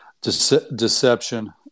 deception